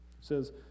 says